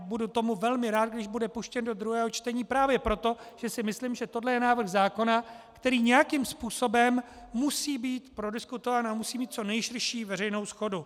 Budu velmi rád, když bude puštěn do druhého čtení, právě proto, že si myslím, že tohle je návrh zákona, který nějakým způsobem musí být prodiskutován a musí mít co nejširší veřejnou shodu.